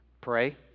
Pray